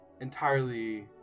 entirely